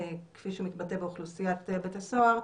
כפי שמתבטא באוכלוסיית בית הסוהר,